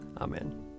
Amen